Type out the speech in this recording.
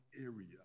area